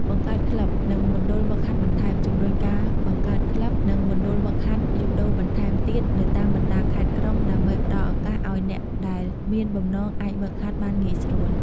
បង្កើតក្លិប និងមណ្ឌលហ្វឹកហាត់បន្ថែម ជំរុញការបង្កើតក្លិប និងមណ្ឌលហ្វឹកហាត់យូដូបន្ថែមទៀតនៅតាមបណ្តាខេត្តក្រុង ដើម្បីផ្តល់ឱកាសឲ្យអ្នកដែលមានបំណងអាចហ្វឹកហាត់បានងាយស្រួល ។